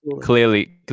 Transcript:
clearly